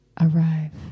Arrive